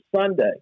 Sunday